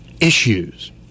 issues